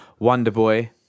Wonderboy